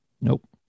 nope